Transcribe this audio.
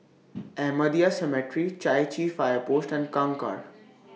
Ahmadiyya Cemetery Chai Chee Fire Post and Kangkar